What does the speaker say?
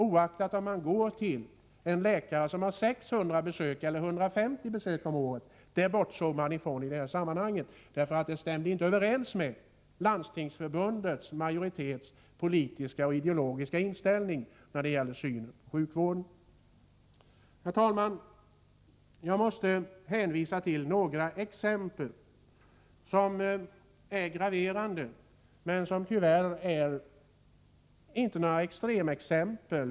Oavsett om de går till en läkare som har 600 besök eller 150 besök om året bortsåg man från detta faktum i det här sammanhanget, eftersom det inte stämde överens med Landstingsförbundets majoritets politiska och ideologiska inställning när det gäller synen på sjukvården. Herr talman! Jag måste hänvisa till några exempel som är graverande men som tyvärr inte är några extremexempel.